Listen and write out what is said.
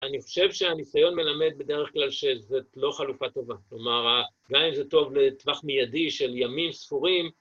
אני חושב שהניסיון מלמד בדרך כלל שזאת לא חלופה טובה, כלומר, התנאי הזה טוב לטווח מיידי של ימים ספורים...